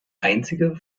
einzige